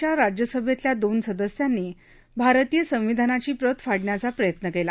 च्या राज्यसभेतल्या दोन सदस्यांनी भारतीय संविधानाची प्रत फाडण्याचा प्रयत्न केला